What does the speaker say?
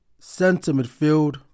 centre-midfield